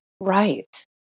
right